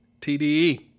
TDE